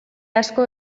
asko